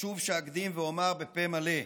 חשוב שאקדים ואומר בפה מלא: